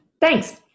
thanks